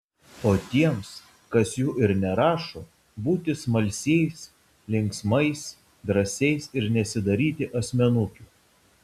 o tiems kas jų ir nerašo būti smalsiais linksmais drąsiais ir nesidaryti asmenukių